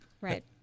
right